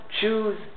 choose